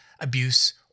abuse